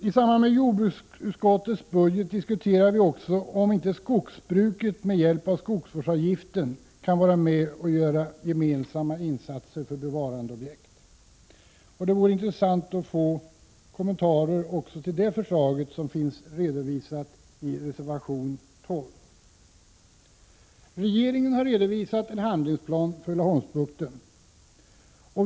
I samband med budgetförslaget på jordbruksdepartementets område diskuterar vi också om inte skogsbruket med hjälp av skogsvårdsavgiften kan vara med och göra gemensamma insatser för bevarandeobjekt. Det vore intressant att få kommentarer också till det förslaget, som har redovisats i reservation 12. Regeringen har redovisat en handlingsplan för Laholmsbukten.